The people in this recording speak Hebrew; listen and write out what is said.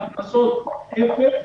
הכנסות אפס,